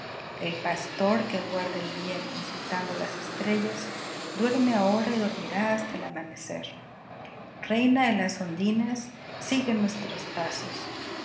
el pastor que aguarda el día consultando las estrellas duerme ahora y dormirá hasta el amanecer reina de las ondinas sigue nuestros pasos